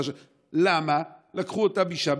למה לקחו אותם משם?